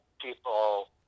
people